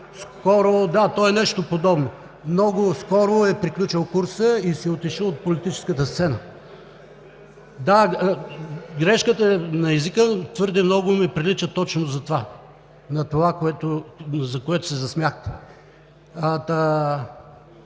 ДПС – да, то е нещо подобно, много скоро е приключил курсът и си е отишъл от политическата сцена. Грешката е на езика, но твърде много ми прилича точно на това, за което се засмяхте.